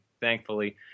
thankfully